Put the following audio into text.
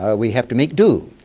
ah we have to make do